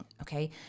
Okay